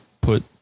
put